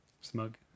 Smug